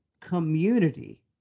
community